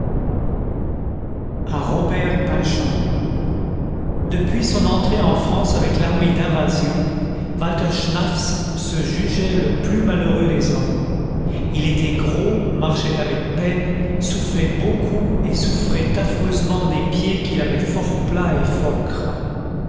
robert pinchon depuis son entrée en france avec l'armée d'invasion walter schnaffs se jugeait le plus malheureux des hommes il était gros marchait avec peine soufflait beaucoup et souffrait affreusement des pieds qu'il avait fort plats et fort gras